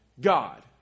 God